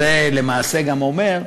זה למעשה גם אומר: